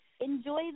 enjoy